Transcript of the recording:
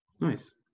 Nice